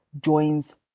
joins